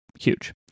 huge